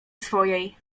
swojej